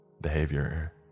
Behavior